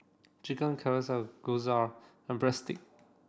Chicken Casserole Gyros and Breadstick